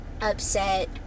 Upset